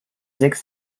sechs